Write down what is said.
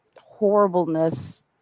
horribleness